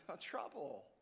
trouble